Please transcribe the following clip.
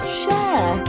share